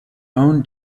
own